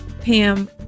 Pam